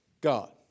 God